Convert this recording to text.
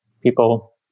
people